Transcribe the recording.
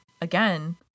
again